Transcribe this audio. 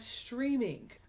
streaming